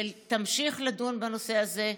ותמשיך לדון בנושא הזה,